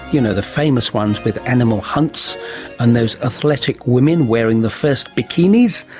you know the famous ones with animal hunts and those athletic women wearing the first bikinis,